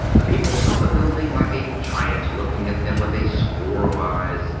the people saw the building like a giant looking at them with a score of eyes,